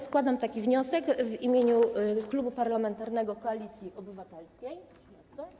Składam taki wniosek w imieniu Klubu Parlamentarnego Koalicja Obywatelska.